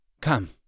Come